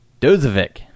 Dozovic